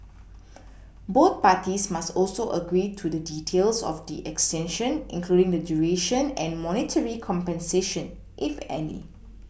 both parties must also agree to the details of the extension including the duration and monetary compensation if any